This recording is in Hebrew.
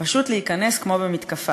פשוט להיכנס כמו במתקפה.